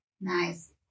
Nice